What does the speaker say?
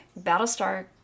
Battlestar